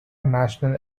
national